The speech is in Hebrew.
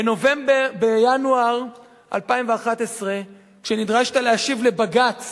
בינואר 2011, כשנדרשת להשיב לבג"ץ